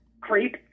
creep